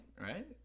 right